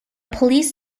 police